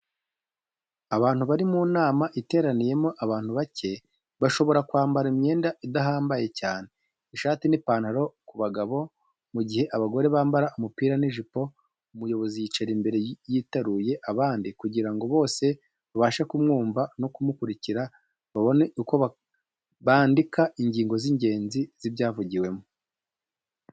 Abantu bari mu nama iteraniyemo abantu bake, bashobora kwambara imyenda idahambaye cyane, ishati n'ipantaro ku bagabo, mu gihe abagore bambara umupira n'ijipo, umuyobozi yicara imbere yitaruye abandi kugira ngo bose babashe kumwumva no kumukurikira, babone uko bandika ingingo z'ingenzi z'ibyayivugiwemo.